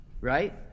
right